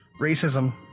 racism